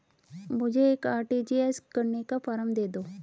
मुझे एक आर.टी.जी.एस करने का फारम दे दो?